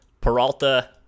Peralta